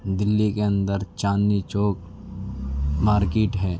دہلی کے اندر چاندنی چوک مارکیٹ ہے